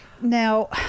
Now